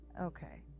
Okay